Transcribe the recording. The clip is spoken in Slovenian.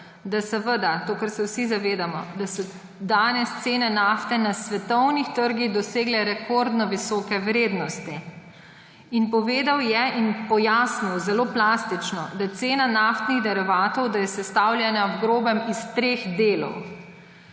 povedal to, česar se vsi zavedamo, da so danes cene nafte na svetovnih trgih dosegle rekordno visoke vrednosti. Povedal je in pojasnil zelo plastično, da je cena naftnih derivatov sestavljena v grobem iz treh delov,